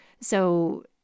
So-